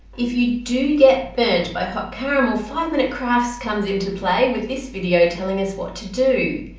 if you do get burnt by hot caramel five minute crafts comes into play with this video telling us what to do.